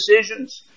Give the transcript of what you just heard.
decisions